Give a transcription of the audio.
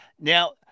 Now